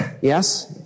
Yes